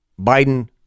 Biden